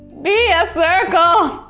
be a circle.